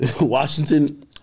Washington